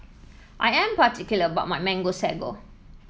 I am particular about my Mango Sago